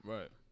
Right